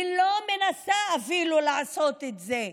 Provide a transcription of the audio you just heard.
לא מנסה אפילו לעשות את זה.